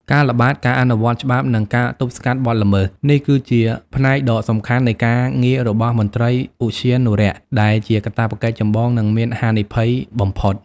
ការល្បាត ការអនុវត្តច្បាប់ និងការទប់ស្កាត់បទល្មើស នេះគឺជាផ្នែកដ៏សំខាន់នៃការងាររបស់មន្ត្រីឧទ្យានុរក្ស ដែលជាកាតព្វកិច្ចចម្បង និងមានហានិភ័យបំផុត។